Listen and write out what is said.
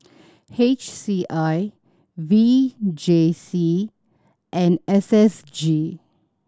H C I V J C and S S G